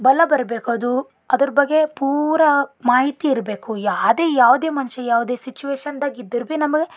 ಬಲ ಬರ್ಬೇಕು ಅದು ಅದರ ಬಗ್ಗೆ ಪೂರಾ ಮಾಹಿತಿ ಇರಬೇಕು ಯಾವ್ದೇ ಯಾವುದೇ ಮನುಷ್ಯ ಯಾವುದೇ ಸಿಚುವೇಶನ್ದಾಗ ಇದ್ದರೆ ಭಿ ನಮಗೆ